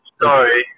sorry